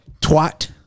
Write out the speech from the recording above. Twat